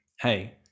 hey